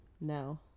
No